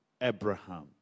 Abraham